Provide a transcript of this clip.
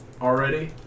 already